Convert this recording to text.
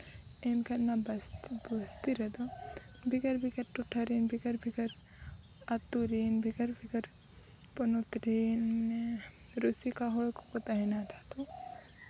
ᱮᱱᱠᱷᱟᱱ ᱚᱱᱟ ᱵᱚᱥᱛᱤ ᱨᱮᱫᱚ ᱵᱷᱮᱜᱟᱨᱼᱵᱷᱮᱜᱟᱨ ᱴᱚᱴᱷᱟ ᱨᱮᱱ ᱵᱷᱮᱜᱟᱨᱼᱵᱷᱮᱜᱟᱨ ᱟᱛᱳ ᱨᱤᱱ ᱵᱷᱮᱜᱟᱨᱼᱵᱷᱮᱜᱟᱨ ᱯᱚᱱᱚᱛ ᱨᱤᱱ ᱨᱩᱥᱤᱠᱟ ᱦᱚᱲ ᱠᱚᱠᱚ ᱛᱟᱦᱮᱱᱟ ᱟᱫᱷᱟ ᱫᱚ